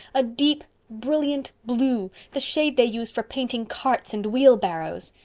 a deep, brilliant blue, the shade they use for painting carts and wheelbarrows.